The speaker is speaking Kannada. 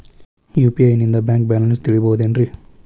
ಯು.ಪಿ.ಐ ನಿಂದ ಬ್ಯಾಂಕ್ ಬ್ಯಾಲೆನ್ಸ್ ತಿಳಿಬಹುದೇನ್ರಿ?